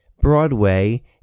Broadway